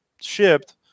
shipped